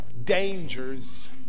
Dangers